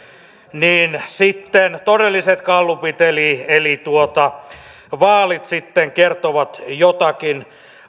sitten todelliset gallupit eli eli vaalit kertovat jotakin